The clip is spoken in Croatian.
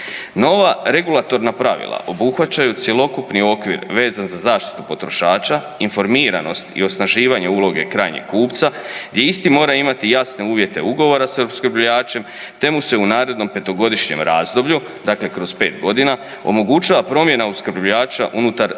Nova regulatorna pravila obuhvaćaju cjelokupni okvir vezan za zaštitu potrošača, informiranost i osnaživanje uloge krajnjeg kupca gdje isti mora imati jasne uvjete ugovora s opskrbljivačem te mu se u narednom petogodišnjem razdoblju, dakle kroz pet godina, omogućava promjena opskrbljivača unutar 24 sata.